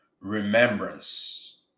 remembrance